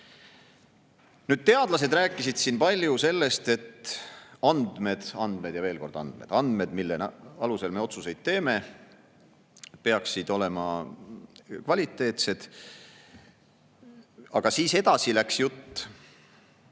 Teadlased rääkisid siin palju sellest, et andmed, andmed ja veel kord andmed, et andmed, mille alusel me otsuseid teeme, peaksid olema kvaliteetsed. Aga edasi läks jutt